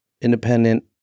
independent